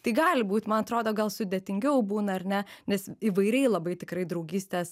tai gali būt man atrodo gal sudėtingiau būna ar ne nes įvairiai labai tikrai draugystės